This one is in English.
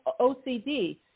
OCD